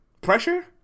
Pressure